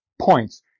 points